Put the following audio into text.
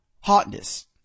hotness